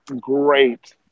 great